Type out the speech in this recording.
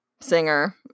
Singer